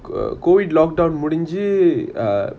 err COVID lockdown முடிஞ்சி:mudinji err